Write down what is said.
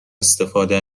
استفاده